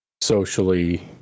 socially